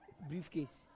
briefcase